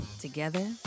Together